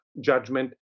judgment